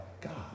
God